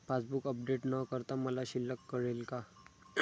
Passbook update न करता मला शिल्लक कळेल का?